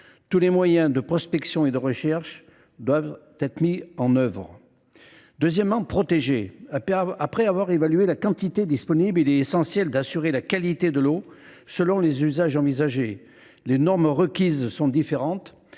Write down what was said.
Tous les moyens de prospection et de recherche doivent être mis en œuvre à cet effet. Deuxièmement, il faut protéger. Après avoir évalué la quantité disponible, il est essentiel d’assurer la qualité de l’eau selon les usages envisagés : les normes requises sont différentes